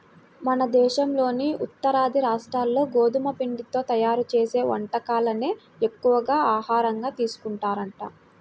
మన దేశంలోని ఉత్తరాది రాష్ట్రాల్లో గోధుమ పిండితో తయ్యారు చేసే వంటకాలనే ఎక్కువగా ఆహారంగా తీసుకుంటారంట